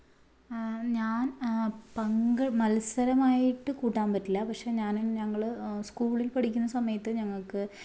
ഞാന് മത്സരമായിട്ട് കൂട്ടാൻ പറ്റില്ല പക്ഷെ ഞാൻ ഞങ്ങൾ സ്കൂളില് പഠിക്കുന്ന സമയത്ത് ഞങ്ങൾക്ക്